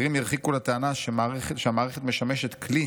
אחרים ירחיקו לטענה שהמערכת משמשת כלי